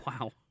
wow